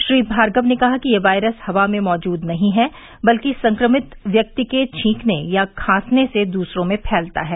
श्री भार्गव ने कहा कि यह वायरस हवा में मौजूद नहीं है बल्कि संक्रमित व्यक्ति के छींकने या खांसने से दूसरों में फैलता है